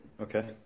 okay